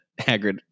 Hagrid